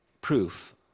proof